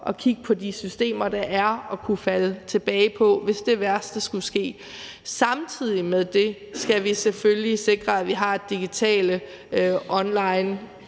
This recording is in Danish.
at kigge på de systemer, der er at kunne falde tilbage på, hvis det værste skulle ske. Samtidig med det skal vi selvfølgelig sikre, at vi har digitale, online